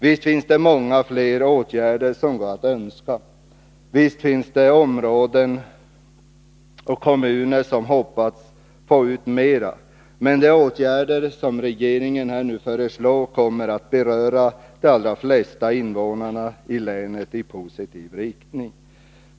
Visst finns det många fler åtgärder som går att önska, och visst finns det områden och kommuner som hoppats få ut mera. Men de åtgärder som regeringen nu föreslår kommer att beröra de allra flesta invånarna i länet i positiv riktning.